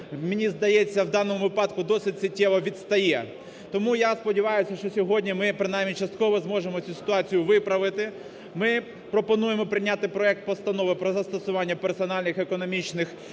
мені здається, в даному випадку досить суттєво відстає. Тому я сподіваюся, що сьогодні ми, принаймні частково, зможемо цю ситуацію виправити. Ми пропонуємо прийняти проект Постанови про застосування персональних економічних